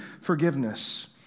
forgiveness